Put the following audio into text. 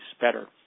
better